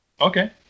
Okay